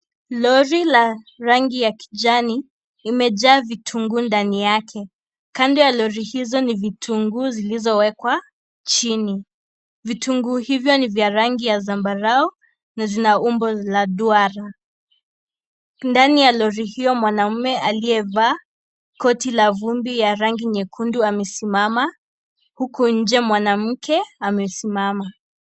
Lori la rangi ya kijani limejaa vitunguu ndani yake. Kando ya lori hii, ni vitunguu zilizowekwa chini. Vitunguu hivyo ni vya rangi ya zambarau na zina umbo la duara. Ndani ya lori hiyo, mwanaume aliyevaa koti la vumbi ya rangi nyekundu amesimama huku nje mwanamke amesimama.